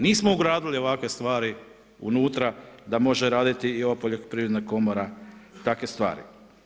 Nismo ugradili ovakve stvari unutra da može raditi i ova Poljoprivredna komora takve stvari.